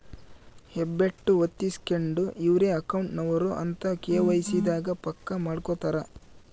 ಹೆಬ್ಬೆಟ್ಟು ಹೊತ್ತಿಸ್ಕೆಂಡು ಇವ್ರೆ ಅಕೌಂಟ್ ನವರು ಅಂತ ಕೆ.ವೈ.ಸಿ ದಾಗ ಪಕ್ಕ ಮಾಡ್ಕೊತರ